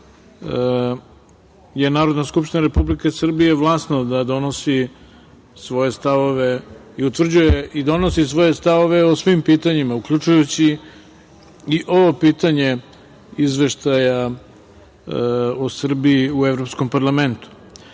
je Narodna skupština Republike Srbije vlasna da donosi i utvrđuje svoje stavove o svim pitanjima, uključujući i ovo pitanje izveštaja o Srbiji u Evropskom parlamentu.Međutim,